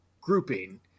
grouping